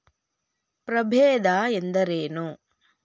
ಪ್ರಭೇದ ಎಂದರೇನು?